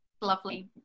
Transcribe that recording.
lovely